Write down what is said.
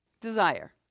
desire